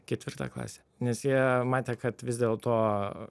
ketvirtą klasę nes jie matė kad vis dėlto